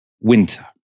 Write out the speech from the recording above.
winter